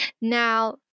Now